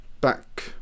back